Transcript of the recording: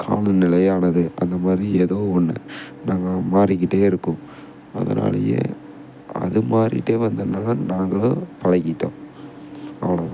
காலநிலையானது அந்த மாதிரி எதோ ஒன்று நாங்கள் மாறிக்கிட்டே இருக்கோம் அதனாலயே அது மாறிகிட்டே வந்தனால் நாங்களும் பழகிட்டோம் அவ்ளோ தான்